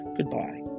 Goodbye